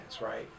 right